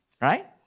Right